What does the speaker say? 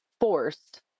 forced